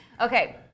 Okay